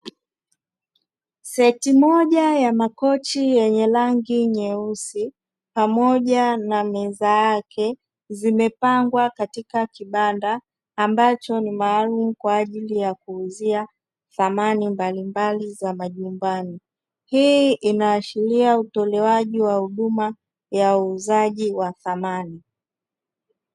Seti moja ya makochi yenye rangi nyeusi pamoja na meza yake zimepangwa katika kibanda ambacho, ni maalumu kwa ajili ya kuuzia samani mbalimbali za majumbani. Hii inaashiria utolewaji wa huduma ya uuzaji wa samani.